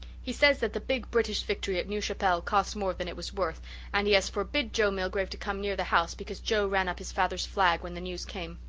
he says that the big british victory at new chapelle cost more than it was worth and he has forbid joe milgrave to come near the house because joe ran up his father's flag when the news came.